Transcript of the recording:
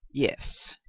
yes,